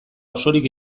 osorik